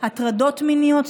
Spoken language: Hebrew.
הטרדות מיניות,